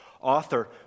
Author